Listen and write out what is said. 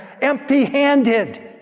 empty-handed